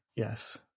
Yes